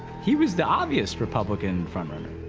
he was the obvious republican front-runner.